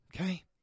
Okay